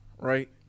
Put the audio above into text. Right